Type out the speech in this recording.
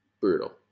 brutal